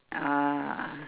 ah